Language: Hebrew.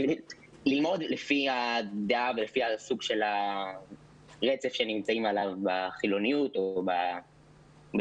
ללמוד לפי הדעה ולפי הסוג של הרצף שנמצאים עליו בחילוניות או בדתיות.